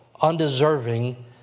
undeserving